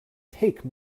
take